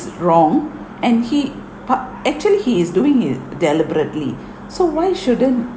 wrong and he pub actually he is doing it deliberately so why shouldn't